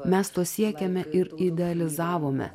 mes to siekėme ir idealizavome